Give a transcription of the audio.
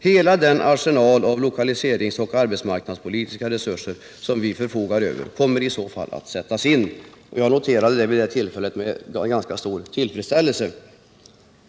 Hela den arsenal av lokaliseringsoch arbetsmarknadspolitiska resurser som vi förfogar över kommer i så fall att sättas in.” Jag noterade det uttalandet med ganska stor tillfredsställelse.